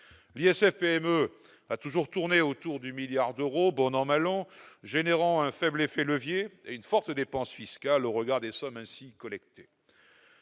L'ISF-PME a toujours tourné autour du milliard d'euros, bon an mal an, engendrant un faible effet de levier et une forte dépense fiscale, au regard des sommes ainsi collectées.